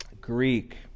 Greek